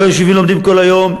ולא יושבים ולומדים כל היום,